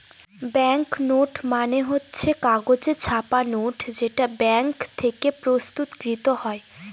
bank note মানে হচ্ছে কাগজে ছাপা নোট যেটা ব্যাঙ্ক থেকে প্রস্তুত কৃত হয়